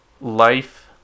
life